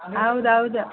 ಹೌದ್ ಹೌದು